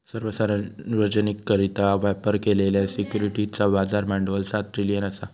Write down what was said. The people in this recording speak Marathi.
सर्व सार्वजनिकरित्या व्यापार केलेल्या सिक्युरिटीजचा बाजार भांडवल सात ट्रिलियन असा